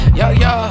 yo-yo